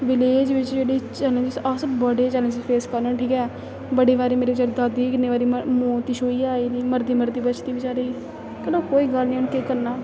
village बिच्च जेह्ड़े challenges अस बड़े चैलेंजस फेस करने ठीक ऐ बड़ी बारी मेरी दादी किन्नी बारी मौत गी छूइयै आई दी मरदी मरदी बची दी बेचारी कोई गल्ल निं हून केह् करना